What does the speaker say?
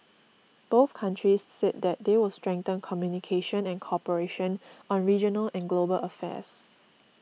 both countries said that they will strengthen communication and cooperation on regional and global affairs